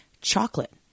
chocolate